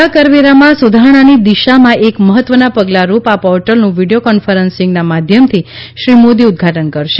સીધા કરવેરામાં સુધારણાની દિશામાં એક મહત્વના પગલાંરૂપ આ પોર્ટલનું વીડિયો કોન્ફરન્સીંગના માધ્યમથી શ્રી મોદી ઉદ્વાટન કરશે